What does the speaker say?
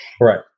Right